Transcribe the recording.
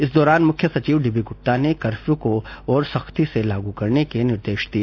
इस दौरान मुख्य सचिव डीबी गुप्ता ने कपर्यू को और सख्ती से लागू करने के निर्देश दिए